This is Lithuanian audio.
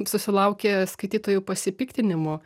susilaukė skaitytojų pasipiktinimo